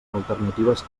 alternatives